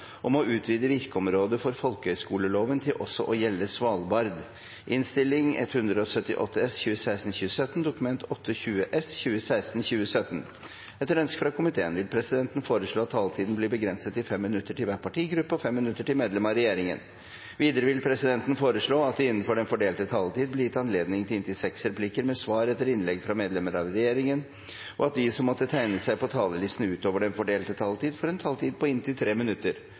minutter til medlemmer av regjeringen. Videre vil presidenten foreslå at det – innenfor den fordelte taletid – blir gitt anledning til inntil seks replikker med svar etter innlegg fra medlemmer av regjeringen, og at de som måtte tegne seg på talerlisten utover den fordelte taletid, får en taletid på inntil 3 minutter.